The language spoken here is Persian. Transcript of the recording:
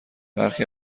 برخی